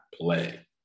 play